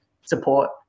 support